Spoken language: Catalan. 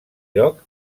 lloc